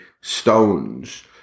Stones